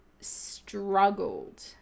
struggled